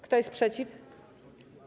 Kto jest przeciw?